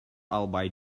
албай